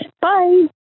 Bye